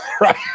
right